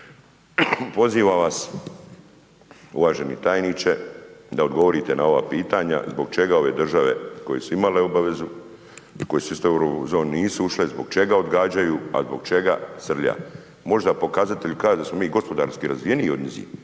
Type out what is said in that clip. Pozivam vas uvaženi tajniče, da odgovorite na ova pitanja, zbog čega ove države koje su imale obavezu, koje su isto u Euro zoni, nisu ušle, zbog čega odgađaju a zbog čega srljat. Možda pokazatelji kažu da smo mi gospodarski razvijeniji od njih,